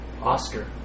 Oscar